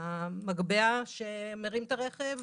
המגבה שמרים את הרכב.